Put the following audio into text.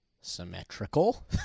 symmetrical